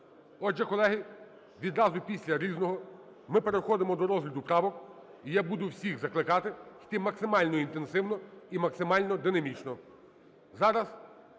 Отже, колеги, відразу після "Різного" ми переходимо до розгляду правок, і я буду всіх закликати йти максимально інтенсивно і максимально динамічно.